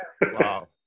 Wow